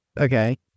Okay